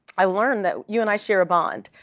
i learned that you and i share a bond.